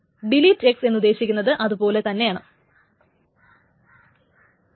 delete എന്ന് ഉദ്ദേശിക്കുന്നത് അതുപോലെ ആണ്